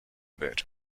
bit